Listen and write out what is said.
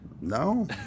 No